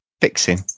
fixing